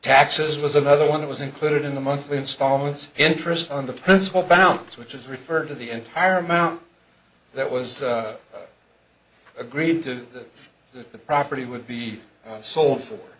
taxes was another one that was included in the monthly installments interest on the principal pounds which is referred to the entire amount that was agreed to the property would be sold for